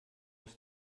des